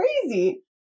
crazy